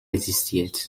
existiert